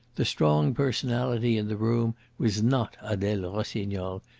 the strong personality in the room was not adele rossignol,